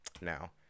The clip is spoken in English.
now